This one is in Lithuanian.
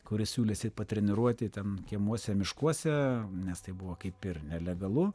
kuris siūlėsi treniruoti ten kiemuose miškuose nes tai buvo kaip ir nelegalu